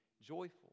joyful